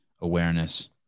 awareness